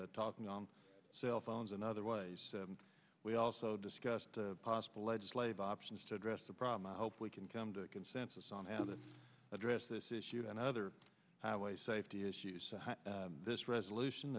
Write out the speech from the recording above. talking on cell phones and other ways we also discussed possible legislative options to address the problem i hope we can come to a consensus on how to address this issue and other highway safety issues this resolution